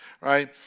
right